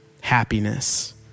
happiness